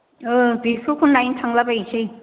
औ बेफोरखौनो नायनो थांलाबायसै